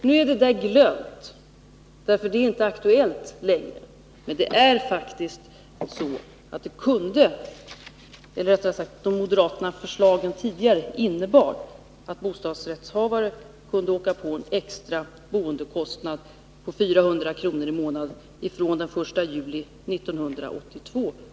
Nu är det där glömt, för det är inte aktuellt längre. Men det är faktiskt så att de tidigare moderata förslagen innebar att bostadsrättshavare kunde åka på en extra boendekostnad på 400 kr. i månaden från den 1 juli 1982.